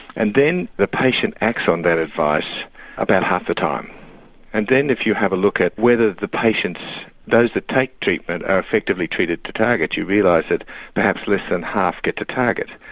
and then the patient acts on that advice about half the time and then if you have a look at whether the patients, those that take treatment are effectively treated to target you realise like that perhaps less than half get to target.